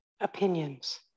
opinions